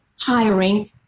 hiring